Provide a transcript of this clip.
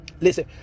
listen